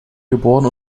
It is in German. geboren